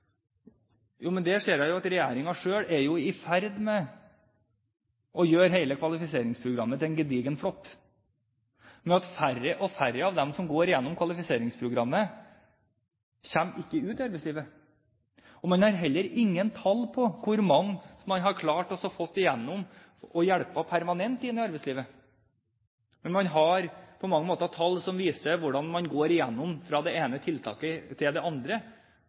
Jo, men jeg ser at regjeringen selv er i ferd med å gjøre hele kvalifiseringsprogrammet til en gedigen flopp ved at færre og færre av dem som går gjennom kvalifiseringsprogrammet, kommer ut i arbeidslivet. Man har heller ingen tall på hvor mange man har klart å få gjennom og hjulpet permanent ut i arbeidslivet. Men man har tall som viser hvordan man går gjennom fra det ene tiltaket til det andre,